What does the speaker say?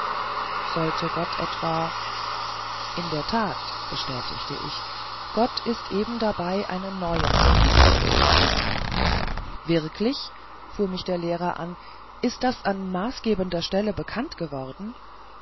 sollte gott etwa in der tat bestätigte ich gott ist eben dabei einen neuen versuch zu machen wirklich fuhr mich der lehrer an ist das an maßgebender stelle bekannt geworden